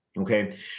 okay